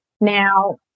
Now